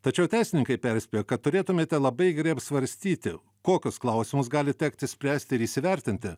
tačiau teisininkai perspėja kad turėtumėte labai gerai apsvarstyti kokius klausimus gali tekti spręsti ir įsivertinti